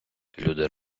люди